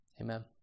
Amen